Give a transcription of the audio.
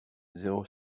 zéro